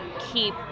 keep